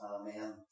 Amen